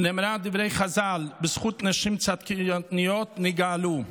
נאמרו דברי חז"ל "בזכות נשים צדקניות נגאלו".